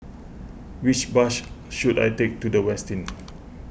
which bus should I take to the Westin